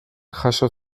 jaso